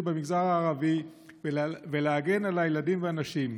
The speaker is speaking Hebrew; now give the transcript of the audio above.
במגזר הערבי ולהגן על הילדים והנשים.